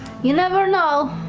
you never know.